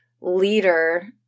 leader